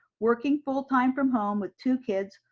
working full time from home with two kids,